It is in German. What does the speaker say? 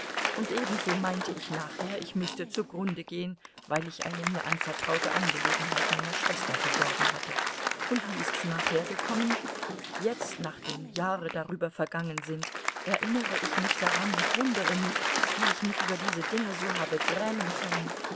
und ebenso meinte ich nachher ich müßte zugrunde gehen weil ich eine mir anvertraute angelegenheit meiner schwester verdorben hatte und wie ist's nachher gekommen jetzt nachdem jahre darüber vergangen sind erinnere ich mich daran und wundere mich wie ich mich über diese dinge so habe grämen können